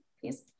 please